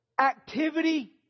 activity